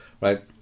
right